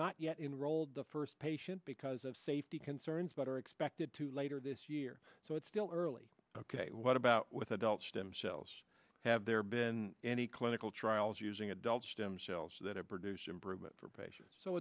not yet in rolled the first patient because of safety concerns but are expected to later this year so it's still early ok what about with adult stem cells have there been any clinical trials using adult stem cells that have produced improvement for patients so